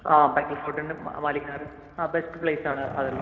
ആ ബേക്കൽ ഫോർട്ടുണ്ട് മാലിക് നഗർ ആ ബെസ്റ്റ് പ്ലേസ് ആണ് അത് എല്ലാം